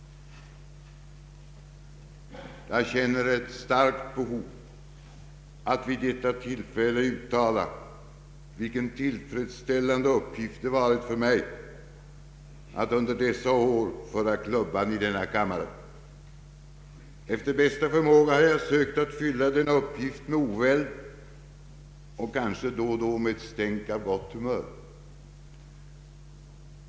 Jag känner starkt behov att vid detta tillfälle uttala vilken tillfredsställande uppgift det varit för mig att under dessa år föra klubban i denna kammare. Efter bästa förmåga har jag sökt att fylla denna uppgift med oväld och kanske med ett stänk av gott humör.